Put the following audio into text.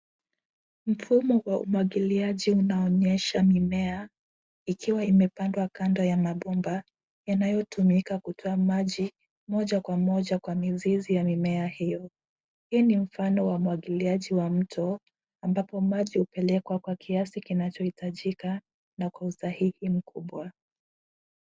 Mfumo wa umwagiliaji unaonyesha mimea ikiwa imepandwa kando ya mabomba yanayotumika kutoa maji moja kwa moja kwa mizizi ya mimea hiyo, Hiyo ni mfano umwagiliaji wa mto ambapo maji hupelekwa kwa kiasi kinachohitajika na kwa usahihi mkubwa.